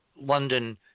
London